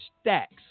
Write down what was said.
stacks